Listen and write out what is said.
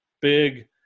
big